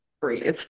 breathe